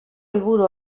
helburu